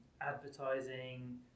advertising